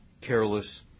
careless